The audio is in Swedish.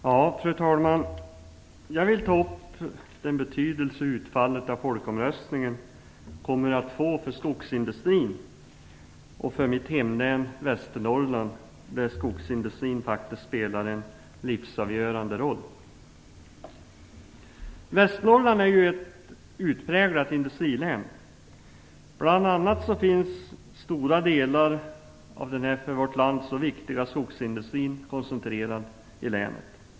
Fru talman! Jag vill ta upp den betydelse som utfallet av folkomröstningen kommer att få för skogsindustrin och för mitt hemlän Västernorrland, där skogsindustrin spelar en livsavgörande roll. Västernorrland är ett utpräglat industrilän. Bl.a. finns stora delar av den för vårt land så viktiga skogsindustrin koncentrerad till länet.